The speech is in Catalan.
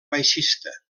baixista